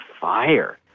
fire